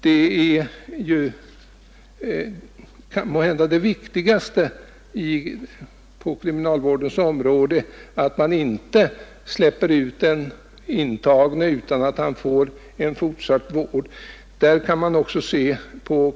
Det är måhända det viktigaste på kriminalvårdsområdet att man inte släpper ut den intagne utan att ge honom fortsatt vård och stöd.